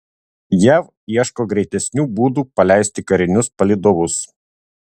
jav ieško greitesnių būdų paleisti karinius palydovus